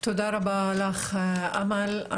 תודה רבה לך אמאל.